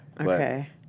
Okay